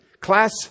class